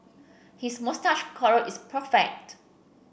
his moustache curl is perfect